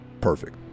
perfect